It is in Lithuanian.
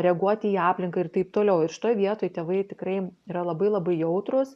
reaguoti į aplinką ir taip toliau ir šitoj vietoj tėvai tikrai yra labai labai jautrūs